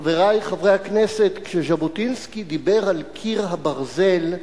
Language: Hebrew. חברי חברי הכנסת, כשז'בוטינסקי דיבר על קיר הברזל,